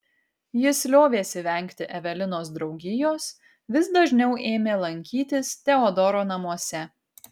jis liovėsi vengti evelinos draugijos vis dažniau ėmė lankytis teodoro namuose